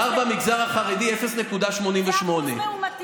ה-R במגזר החרדי הוא 0.88. זה אחוז מאומתים.